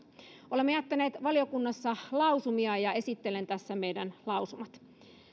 olemme jättäneet valiokunnassa lausumia ja esittelen tässä meidän lausumamme